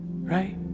right